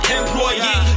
employee